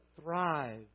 thrive